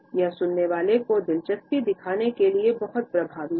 यह सुनने वालों को दिलचस्पी दिखाने के लिए बहुत प्रभावी है